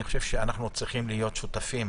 אני חושב שאנחנו צריכים להיות שותפים.